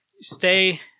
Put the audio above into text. Stay